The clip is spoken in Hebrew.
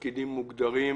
של בעלי תפקידים מוגדרים,